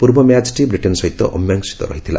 ପୂର୍ବ ମ୍ୟାଚ୍ଟି ବ୍ରିଟେନ୍ ସହିତ ଅମୀମାଂସିତ ରହିଥିଲା